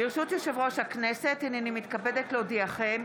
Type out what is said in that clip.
ברשות יושב-ראש הכנסת, הינני מתכבדת להודיעכם,